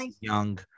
Young